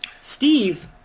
Steve